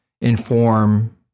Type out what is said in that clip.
inform